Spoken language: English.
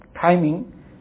timing